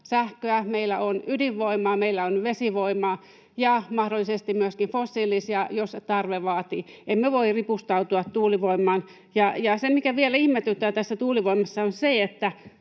meillä on vesivoimaa ja mahdollisesti myöskin fossiilisia, jos tarve vaatii. Emme voi ripustautua tuulivoimaan. Ja se, mikä vielä ihmetyttää tässä tuulivoimassa, on se,